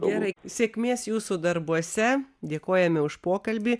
gerai sėkmės jūsų darbuose dėkojame už pokalbį